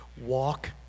walk